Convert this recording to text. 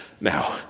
now